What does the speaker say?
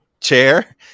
chair